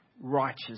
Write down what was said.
righteous